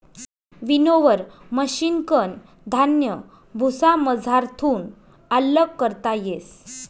winnower मशिनकन धान्य भुसामझारथून आल्लग करता येस